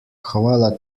hvala